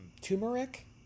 Turmeric